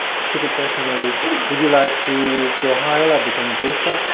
stupid question maybe would you like to go higher, like become bishops